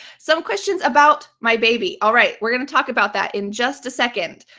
some questions about my baby. all right, we're going to talk about that in just a second.